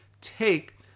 take